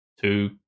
two